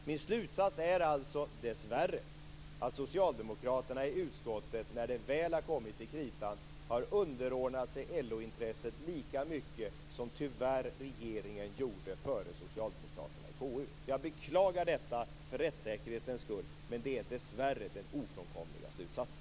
Min slutsats är alltså dessvärre att socialdemokraterna i utskottet, när det väl har kommit till kritan, har underordnat sig LO-intresset lika mycket som regeringen tyvärr gjorde före socialdemokraterna i KU. Jag beklagar detta för rättssäkerhetens skull, men det är dessvärre den ofrånkomliga slutsatsen.